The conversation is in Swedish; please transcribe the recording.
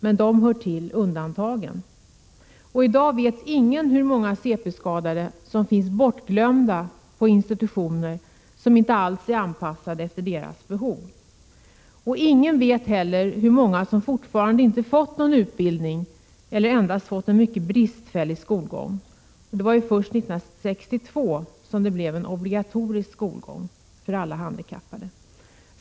Men dessa hör till undantagen. I dag vet ingen hur många CP-skadade som finns bortglömda på institutioner som inte alls är anpassade efter deras behov. Ingen vet i dag hur många CP-skadade som fortfarande inte fått någon utbildning eller endast haft en mycket bristfällig skolgång. Det var först 1962 som det blev obligatorisk skolgång för alla handikappade.